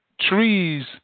trees